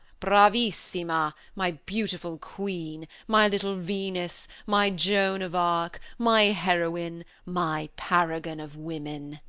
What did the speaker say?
bravissima! my beautiful queen! my little venus! my joan of arc! my heroine! my paragon of women!